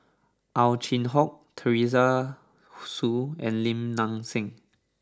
Ow Chin Hock Teresa Hsu and Lim Nang Seng